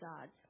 God